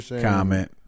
comment